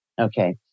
Okay